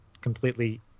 completely